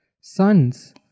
sons